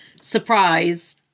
surprise